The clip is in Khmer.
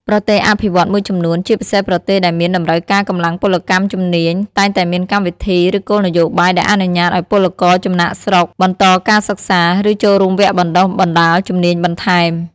ប្រទេសអភិវឌ្ឍន៍មួយចំនួន ជាពិសេសប្រទេសដែលមានតម្រូវការកម្លាំងពលកម្មជំនាញ តែងតែមានកម្មវិធី ឬគោលនយោបាយដែលអនុញ្ញាតឱ្យពលករចំណាកស្រុកបន្តការសិក្សា ឬចូលរួមវគ្គបណ្ដុះបណ្ដាលជំនាញបន្ថែម។